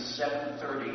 7.30